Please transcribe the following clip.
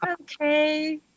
okay